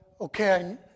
okay